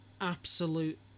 absolute